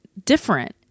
different